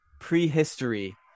prehistory